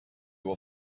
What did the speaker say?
will